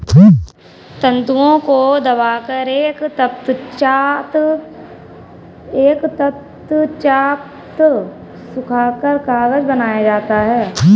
तन्तुओं को दबाकर एवं तत्पश्चात सुखाकर कागज बनाया जाता है